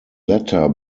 latter